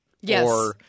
Yes